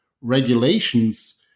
regulations